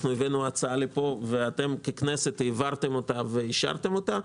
אנחנו הבאנו הצעה לפה ואתם ככנסת העברתם ואישרתם אותה,